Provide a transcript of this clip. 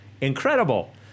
incredible